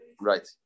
right